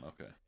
Okay